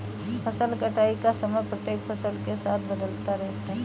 फसल कटाई का समय प्रत्येक फसल के साथ बदलता रहता है